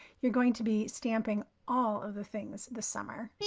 you're going to be stamping all of the things the summer. yeah